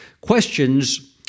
questions